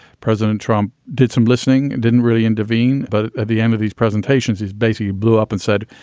president trump did some listening and didn't really intervene. but at the end of these presentations, he's basically blew up and said,